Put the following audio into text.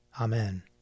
Amen